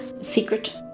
Secret